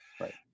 Right